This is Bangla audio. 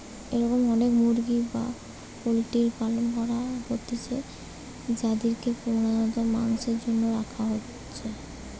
এরম অনেক মুরগি আর পোল্ট্রির পালন করা হইতিছে যাদিরকে প্রধানত মাংসের জন্য রাখা হয়েটে